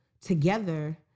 together